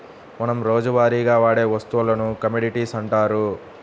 మనం రోజువారీగా వాడే వస్తువులను కమోడిటీస్ అంటారు